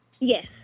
Yes